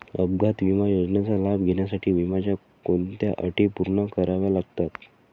अपघात विमा योजनेचा लाभ घेण्यासाठी विम्याच्या कोणत्या अटी पूर्ण कराव्या लागतात?